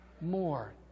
More